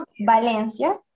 Valencia